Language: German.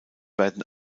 werden